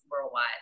worldwide